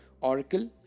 Oracle